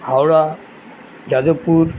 Howrah Jadavpur